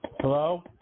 Hello